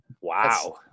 Wow